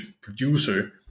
producer